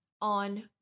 on